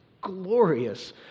glorious